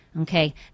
okay